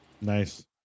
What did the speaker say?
Nice